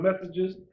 messages